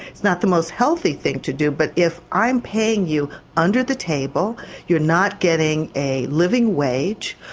it's not the most healthy thing to do, but if i'm paying you under the table, you're not getting a living wage,